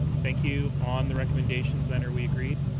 thank you. on the recommendations, then are we agreed?